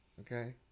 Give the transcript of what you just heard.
okay